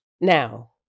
Now